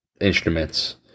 instruments